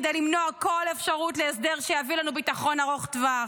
כדי למנוע כל אפשרות להסדר שיביא לנו ביטחון ארוך טווח.